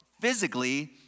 physically